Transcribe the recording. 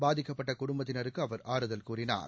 பாதிக்கப்பட்ட குடும்பத்தினருக்கு அவர் ஆறுதல் கூறினார்